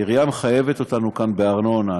העירייה מחייבת אותנו כאן בארנונה.